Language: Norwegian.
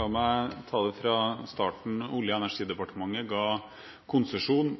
La meg ta det fra starten. Olje- og energidepartementet ga i desember 2011 konsesjon